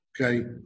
Okay